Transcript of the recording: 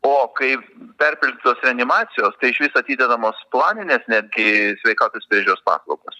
o kai perpildytos reanimacijos išvis atidedamos planinės netgi sveikatos priežiūros paslaugos